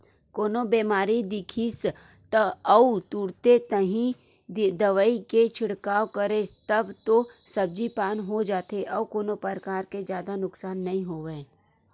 कोनो बेमारी दिखिस अउ तुरते ताही दवई के छिड़काव करेस तब तो सब्जी पान हो जाथे अउ कोनो परकार के जादा नुकसान नइ होवय